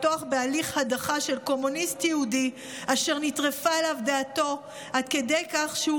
לפתוח בהליך הדחה של קומוניסט יהודי אשר נטרפה עליו דעתו עד כדי כך שהוא